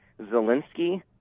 Zelensky